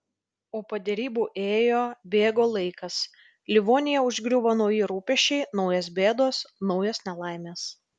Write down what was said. o po derybų ėjo bėgo laikas livoniją užgriuvo nauji rūpesčiai naujos bėdos naujos nelaimės